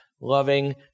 loving